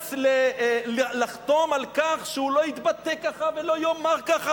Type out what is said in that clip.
נאלץ לחתום על כך שהוא לא יתבטא ככה ולא יאמר ככה,